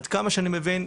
עד כמה שאני מבין,